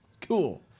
cool